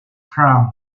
crown